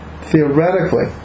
theoretically